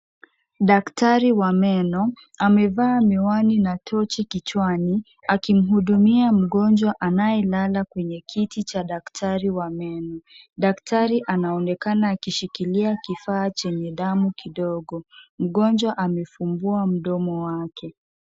Daktari wa meno amevaa miwani na tochi kichwani, akimhudumia mgonjwa anayelala kwenye kiti cha daktari wa meno. Daktari anaonekana akishikilia kifaa chenye damu kidogo. Mgonjwa amefungua mdomo wake.